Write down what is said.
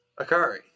Akari